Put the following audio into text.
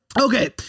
Okay